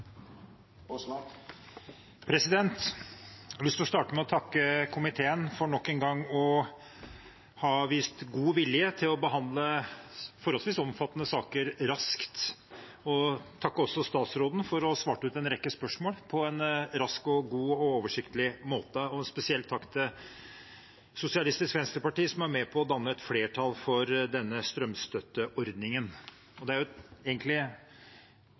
minutt. Jeg har lyst til å starte med å takke komiteen for nok en gang å ha vist god vilje til å behandle forholdsvis omfattende saker raskt. Jeg vil også takke statsråden for å ha svart ut en rekke spørsmål på en rask, god og oversiktlig måte. Jeg vil rette en spesiell takk til Sosialistisk Venstreparti, som er med på å danne et flertall for denne strømstøtteordningen.